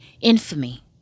infamy